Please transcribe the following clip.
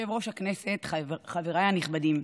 יושב-ראש הכנסת, חבריי הנכבדים,